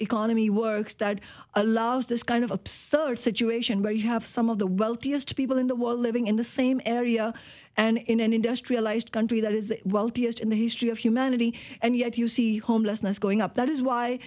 economy works that allows this kind of absurd situation where you have some of the wealthiest people in the world living in the same area and in an industrialized country that is the wealthiest in the history of humanity and yet you see homelessness going up that is why